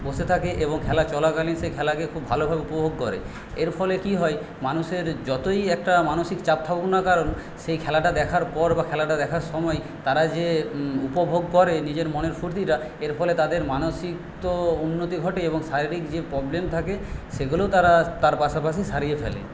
বসে থাকে এবং খেলা চলাকালীন সেই খেলাকে খুব ভালোভাবে উপভোগ করে এর ফলে কি হয় মানুষের যতই একটা মানসিক চাপ থাকুক না কারণ সেই খেলাটা দেখার পর বা খেলাটা দেখার সময় তারা যে উপভোগ করে নিজের মনের ফুর্তিটা এর ফলে তাদের মানসিক তো উন্নতি ঘটেই এবং শারীরিক যে প্রবলেম থাকে সেগুলোও তারা তার পাশাপাশি সারিয়ে ফেলে